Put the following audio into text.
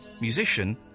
musician